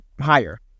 higher